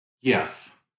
Yes